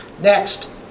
next